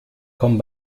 kommen